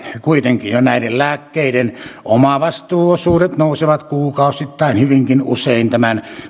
kuitenkin jo näiden lääkkeiden omavastuuosuudet nousevat kuukausittain hyvinkin usein tämän